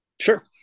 Sure